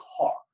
car